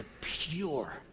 pure